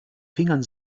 fingern